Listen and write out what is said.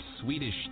Swedish